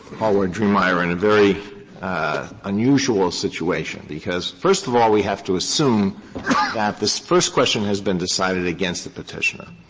hallward-driemeier in a very unusual situation, because, first of all, we have to assume that this first question has been decided against the petitioner,